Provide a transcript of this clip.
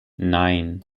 nine